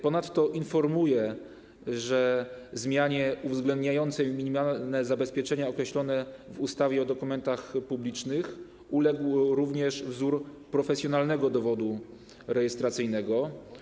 Ponadto informuję, że zmianie uwzględniającej minimalne zabezpieczenia określone w ustawie o dokumentach publicznych uległ również wzór profesjonalnego dowodu rejestracyjnego.